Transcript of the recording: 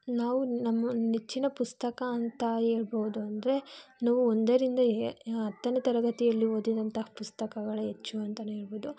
ನಾವು ನಮ್ಮ ನೆಚ್ಚಿನ ಪುಸ್ತಕ ಅಂತ ಹೇಳ್ಬೌದು ಅಂದರೆ ನಾವು ಒಂದರಿಂದ ಏ ಹತ್ತನೇ ತರಗತಿಯಲ್ಲಿ ಓದಿದಂಥ ಪುಸ್ತಕಗಳು ಹೆಚ್ಚು ಅಂತನೂ ಹೇಳ್ಬೌದು